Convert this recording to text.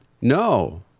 no